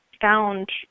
found